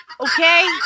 Okay